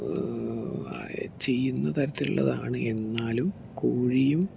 ചെയ്യുന്ന തരത്തിൽ ഉള്ളതാണ് എന്നാലും കോഴിയും